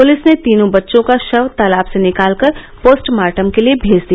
police ने तीनों बच्चों का शव तालाब से निकाल कर पोस्टमार्टम के लिये भेज दिया